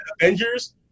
avengers